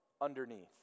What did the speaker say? underneath